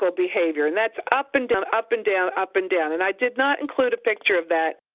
so behavior, and that's up and down, up and down up and down. and i did not include a picture of that